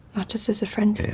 not just as a friend.